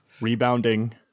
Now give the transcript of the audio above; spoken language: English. Rebounding